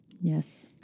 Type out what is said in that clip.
Yes